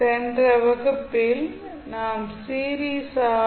சென்ற வகுப்பில் நாம் சீரிஸ் ஆர்